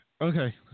Okay